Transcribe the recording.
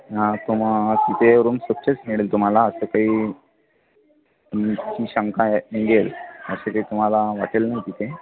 हा तुमा तिथे रूम स्वच्छचं मिळेल तुम्हाला असं काही शंका येईल असं काही तुम्हाला हॉटेल नाही तिथे